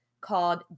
called